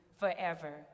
forever